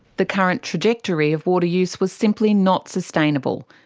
the current trajectory of water use was simply not sustainable.